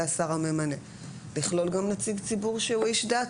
השר הממנה לכלול גם נציג ציבור שהוא איש דת,